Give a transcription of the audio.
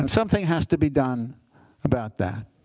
um something has to be done about that.